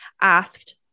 asked